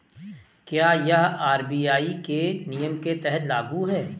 क्या यह आर.बी.आई के नियम के तहत लागू है?